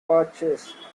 purchase